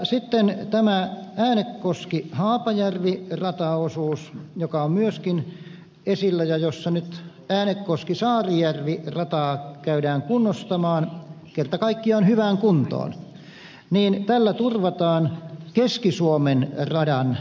sitten on tämä äänekoskihaapajärvi rataosuus myöskin esillä jossa nyt äänekoskisaarijärvi rataa käydään kunnostamaan kerta kaikkiaan hyvään kuntoon ja tällä turvataan keski suomen radan toiminnallisuus